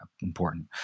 important